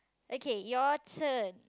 okay your turn